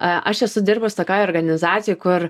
aš esu dirbus tokioj organizacijoj kur